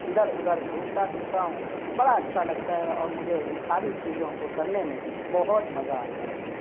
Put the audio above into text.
ادھر ادھر گھومتا پھرتا ہوں بڑا اچھا لگتا ہے اور مجھے ان ساری چیزوں کو کرنے میں بہت مزہ آتا ہے